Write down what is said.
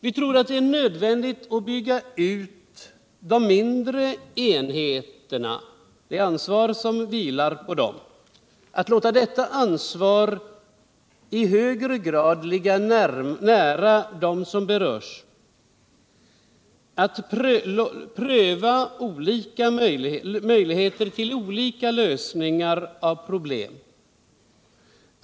Vi tror att det är nödvändigt att bygga på de mindre enheterna. att låta ansvaret I högre grad ligga nära dem som berörs, att pröva olika lösningar av problemen.